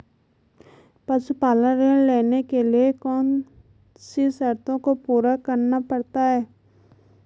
पशुपालन ऋण लेने के लिए कौन सी शर्तों को पूरा करना पड़ता है?